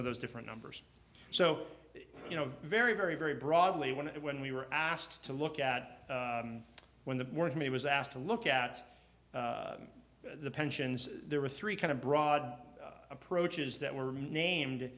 of those different numbers so you know very very very broadly when it when we were asked to look at when the word me was asked to look at the pensions there were three kind of broad approaches that were named